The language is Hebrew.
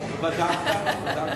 בבקשה.